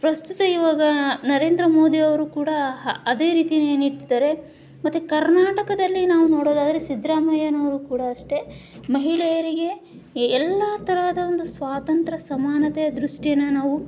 ಪ್ರಸ್ತುತ ಇವಾಗ ನರೇಂದ್ರ ಮೋದಿಯವರು ಕೂಡ ಹ ಅದೇ ರೀತಿ ನೀಡ್ತಿದ್ದಾರೆ ಮತ್ತೆ ಕರ್ನಾಟಕದಲ್ಲಿ ನಾವು ನೋಡೋದಾದರೆ ಸಿದ್ರಾಮಯ್ಯನವರು ಕೂಡ ಅಷ್ಟೇ ಮಹಿಳೆಯರಿಗೆ ಎ ಎಲ್ಲಾ ತರಹದ ಒಂದು ಸ್ವಾತಂತ್ರ್ಯ ಸಮಾನತೆಯ ದೃಷ್ಟಿಯನ್ನು ನಾವು